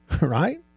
right